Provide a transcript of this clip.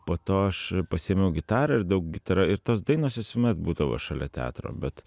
po to aš pasiėmiau gitarą ir daug gitara ir tos dainos visuomet būdavo šalia teatro bet